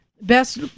Best